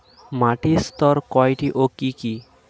মাটির স্তর কয়টি ও কি কি?